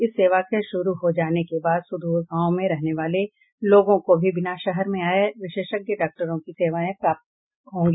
इस सेवा के शुरू हो जाने के बाद सुदूर गांव में रहने वाले लोगों को भी बिना शहर में आये विशेषज्ञ डॉक्टरों की सेवाएं प्राप्त हो जायेंगी